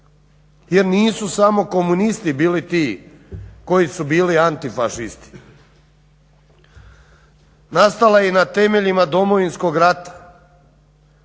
jer nisu samo komunisti bili ti koji su bili antifašisti. Nastala je i na temeljima Domovinskog rata,